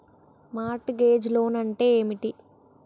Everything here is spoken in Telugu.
మార్ట్ గేజ్ లోన్ అంటే ఏమిటి?